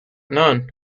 none